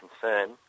concern